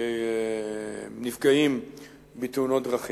בנפגעים בתאונות דרכים.